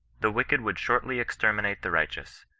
the wicked would shortly exterminate the righteous,